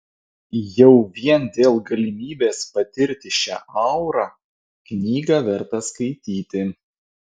jau vien dėl galimybės patirti šią aurą knygą verta skaityti